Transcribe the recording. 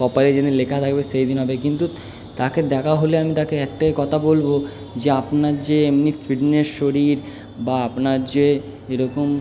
কপালে যে দিন লেখা থাকবে সেই দিন হবে কিন্তু তাকে দেখা হলে তাকে আমি একটাই কথা বলবো যে আপনার যে এমনি ফিটনেস শরীর বা আপনার যে এ রকম